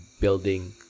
building